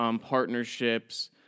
partnerships